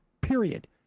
period